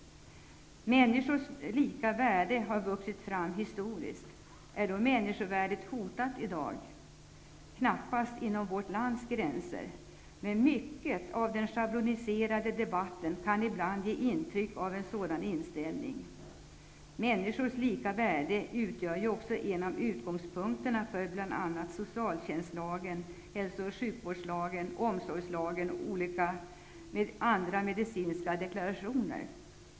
Människors lika värde har vuxit fram historiskt. Är då människovärdet hotat i dag? Knappast inom vårt lands gränser. Men mycket av det som sägs i den schablonmässiga debatten ger ibland ett intryck av att man har en sådan inställning. Människors lika värde utgör ju också en av utgångspunkterna för bl.a. socialtjänstlagen, hälsooch sjukvårdslagen, omsorgslagen och olika medicinska deklarationer.